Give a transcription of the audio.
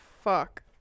fuck